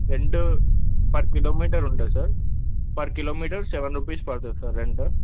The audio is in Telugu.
రెండు పర్ కిలోమీటర్ ఉంటుంది సార్ పర్ కిలోమీటర్సె సెవెన్ రూపీస్ పడుతుంది సార్ రెంటు